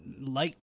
light